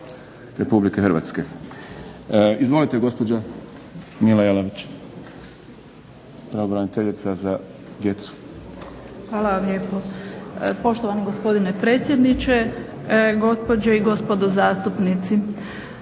Hvala lijepo. Poštovani gospodine predsjedniče, gospođe i gospodo zastupnici.